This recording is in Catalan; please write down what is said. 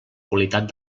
qualitat